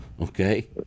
okay